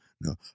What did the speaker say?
No